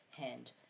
hand